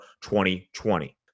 2020